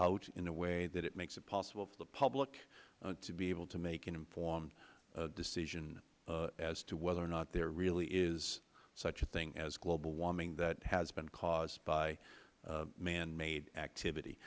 out in a way that it makes it possible for the public to be able to make an informed decision as to whether or not there really is such a thing as global warming that has been caused by manmade activity